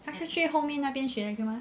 他是去后面那边学的是吗